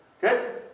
Good